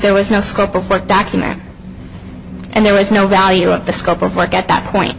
there was no scope of work document and there was no value of the scope of work at that